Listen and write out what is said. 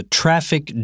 traffic